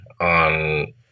on